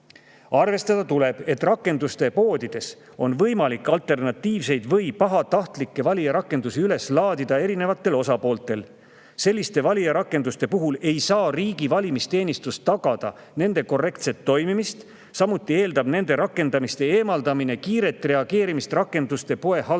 Arvestada tuleb, et rakenduste poodidesse on võimalik alternatiivseid või pahatahtlikke valijarakendusi üles laadida erinevatel osapooltel. Selliste valijarakenduste puhul ei saa riigi valimisteenistus tagada nende korrektset toimimist, samuti eeldab nende rakenduste eemaldamine kiiret reageerimist rakenduste poe haldaja